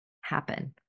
happen